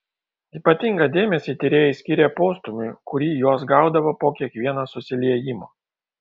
ypatingą dėmesį tyrėjai skyrė postūmiui kurį jos gaudavo po kiekvieno susiliejimo